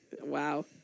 Wow